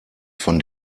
von